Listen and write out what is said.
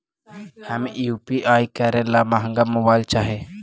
हम यु.पी.आई करे ला महंगा मोबाईल चाही?